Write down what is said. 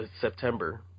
September